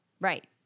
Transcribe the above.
Right